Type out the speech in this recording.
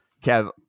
Kev